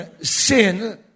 sin